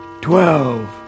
twelve